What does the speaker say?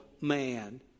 man